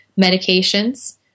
medications